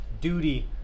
duty